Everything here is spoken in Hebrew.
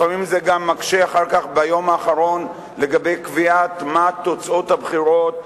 לפעמים זה גם מקשה ביום האחרון לקבוע מה תוצאות הבחירות,